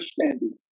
understanding